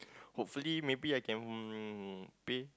hopefully maybe I can pay